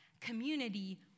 community